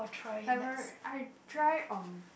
timer I dry on